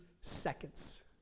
seconds